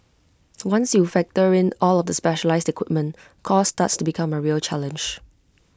once you factor in all of the specialised equipment cost starts to become A real challenge